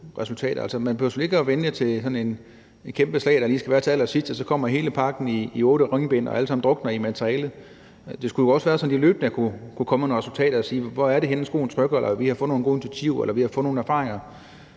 selvfølgelig ikke at vente til sådan et kæmpe slag, der lige skal være til allersidst, og så kommer hele pakken i otte ringbind, og vi drukner alle sammen i materiale. Det skulle jo også være sådan, at de løbende kunne komme med nogle resultater og sige, hvor skoen trykker, eller at de har fundet nogle gode initiativer eller fået nogle erfaringer